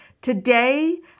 Today